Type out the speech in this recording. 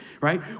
right